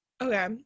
okay